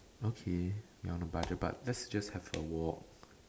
okay I am on a budget but lets just have a walk